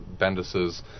bendis's